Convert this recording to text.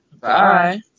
Bye